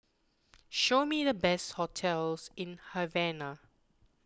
show me the best hotels in Havana